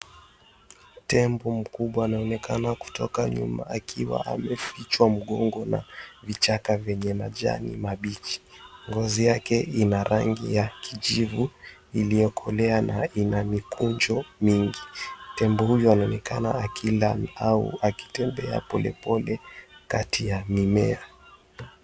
Tembo mkubwa anaonekana kutoka nyuma akiwa amefichwa mgongo na vichaka vyenye majani mabichi. Ngozi yake ina rangi ya kijivu iliyokolea na ina mikunjo mingi. Tembo huyo anaonekana akila au akitembea polepole kati ya mimea.